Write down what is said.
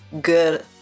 good